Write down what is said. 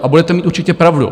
A budete mít určitě pravdu.